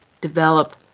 develop